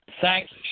thanks